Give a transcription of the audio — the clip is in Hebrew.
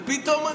ופתאום,